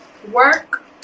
work